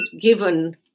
given